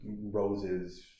roses